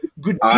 good